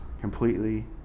completely